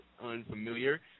unfamiliar